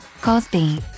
Cosby